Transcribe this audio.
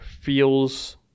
feels